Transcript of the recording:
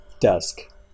dusk